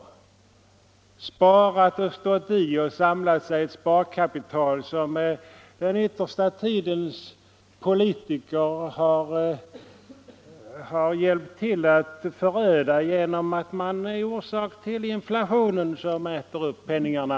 De har strävat och lyckats få ihop ett litet sparkapital, som den yttersta tidens politiker har hjälpt till att föröda genom en inflation som äter upp penningarna.